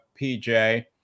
PJ